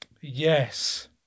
Yes